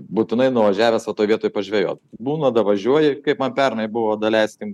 būtinai nuvažiavęs vat toj vietoj pažvejot būna davažiuoji kaip man pernai buvo daleiskim